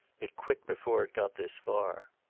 it quit before it got this far.